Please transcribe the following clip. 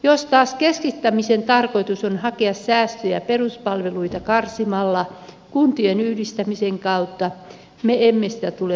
jos taas keskittämisen tarkoitus on hakea säästöjä peruspalveluita karsimalla kuntien yhdistämisen kautta me emme sitä tule hyväksymään